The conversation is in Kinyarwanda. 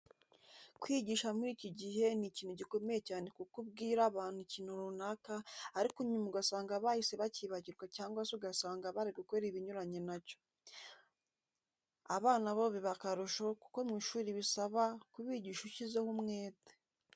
Kwigisha muri iki gihe ni ikintu gikomeye cyane kuko ubwira abantu ikintu runaka, ariko nyuma ugasanga bahise bacyibagirwa cyangwa se ugasanga bari gukora ibinyuranye na cyo. Abana bo biba akarusho kuko mu ishuri bisaba kubigisha ushyizeho umwete.